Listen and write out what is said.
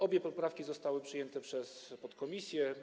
Obie poprawki zostały przyjęte przez podkomisję.